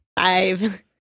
Five